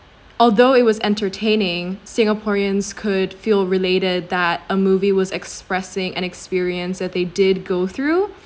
although it was entertaining singaporeans could feel related that a movie was expressing an experience that they did go through